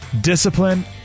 Discipline